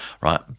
right